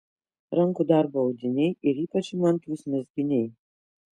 rankų darbo audiniai ir ypač įmantrūs mezginiai